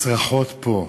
הצרחות פה,